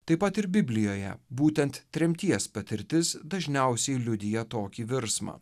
taip pat ir biblijoje būtent tremties patirtis dažniausiai liudija tokį virsmą